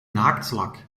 naaktslak